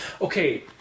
Okay